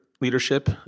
leadership